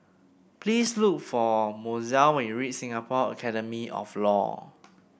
please look for Mozelle when you reach Singapore Academy of Law